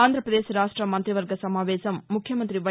ఆంధ్రాపదేశ్ రాష్ట మంతివర్గ సమావేశం ముఖ్యమంతి వై